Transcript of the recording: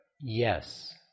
Yes